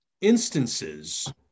instances